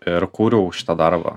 ir kūriau šitą darbą